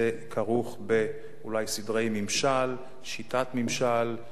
זה כרוך אולי בסדרי ממשל, שיטת ממשל.